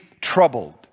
troubled